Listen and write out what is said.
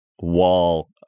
wall